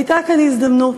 הייתה כאן הזדמנות.